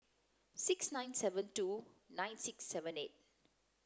six nine seven two nine six seven eight